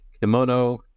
kimono